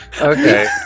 Okay